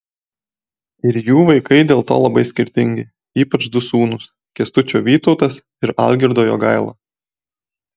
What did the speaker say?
ir jų vaikai dėl to labai skirtingi ypač du sūnūs kęstučio vytautas ir algirdo jogaila